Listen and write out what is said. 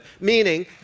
Meaning